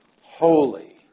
holy